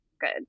good